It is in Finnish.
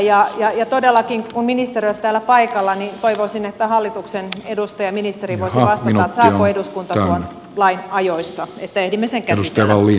ja todellakin kun ministeri ei ole täällä paikalla niin toivoisin että hallituksen edustaja ministeri voisi vastata saako eduskunta tuon lain ajoissa niin että ehdimme sen käsitellä